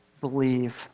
believe